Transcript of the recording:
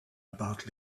about